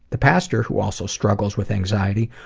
the pastor, who also struggles with anxiety,